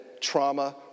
trauma